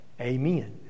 Amen